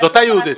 זה אותה יהודית.